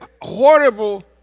horrible